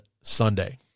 Sunday